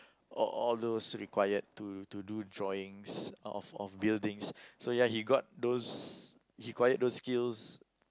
all all those required to to do drawings of of buildings so ya he got those he required those skills